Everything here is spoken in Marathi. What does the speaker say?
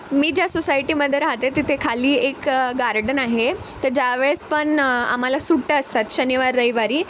मी ज्या सोसायटीमध्ये राहते तिथे खाली एक गार्डन आहे तर ज्यावेळेस पण आम्हाला सुट्टं असतात शनिवार रविवारी